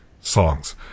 songs